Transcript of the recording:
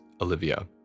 Olivia